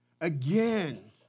again